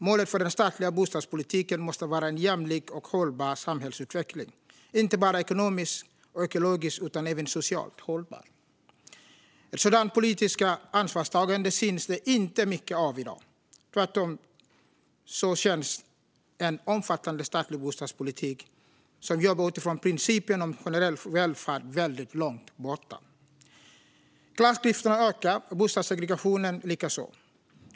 Målet för den statliga bostadspolitiken måste vara en jämlik och hållbar samhällsutveckling - inte bara ekonomiskt och ekologiskt utan även socialt. Ett sådant politiskt ansvarstagande syns det inte mycket av i dag. Tvärtom känns en omfattande statlig bostadspolitik som jobbar utifrån principen om generell välfärd väldigt långt borta. Klassklyftorna ökar, och bostadssegregationen likaså.